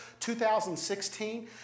2016